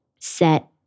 set